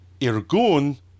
Irgun